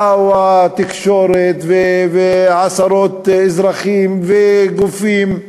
באו התקשורת ועשרות אזרחים וגופים,